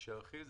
שירחיב.